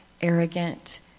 arrogant